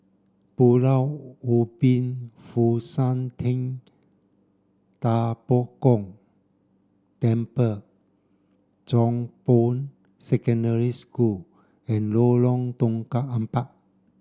Pulau Ubin Fo Shan Ting Da Bo Gong Temple Chong Boon Secondary School and Lorong Tukang Empat